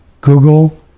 Google